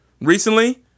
Recently